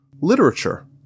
literature